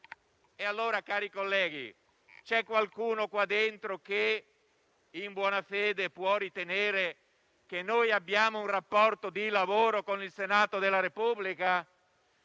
Allora, cari colleghi, c'è qualcuno in quest'Aula che in buona fede può ritenere che noi abbiamo un rapporto di lavoro con il Senato della Repubblica?